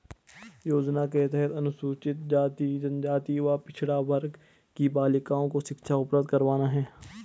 योजना के तहत अनुसूचित जाति, जनजाति व पिछड़ा वर्ग की बालिकाओं को शिक्षा उपलब्ध करवाना है